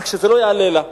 רק שזה לא יעלה לה.